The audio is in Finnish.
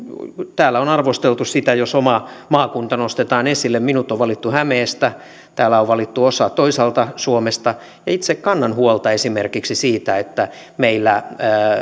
täällä on arvosteltu sitä jos oma maakunta nostetaan esille minut on valittu hämeestä täällä on valittu osa toisaalta suomesta ja itse kannan huolta esimerkiksi siitä että meillä